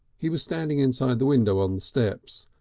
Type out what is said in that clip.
he was standing inside the window on the steps,